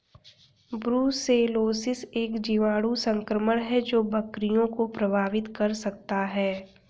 brucellosis एक जीवाणु संक्रमण है जो बकरियों को प्रभावित कर सकता है